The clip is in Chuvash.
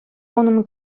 унӑн